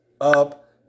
up